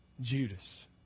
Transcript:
Judas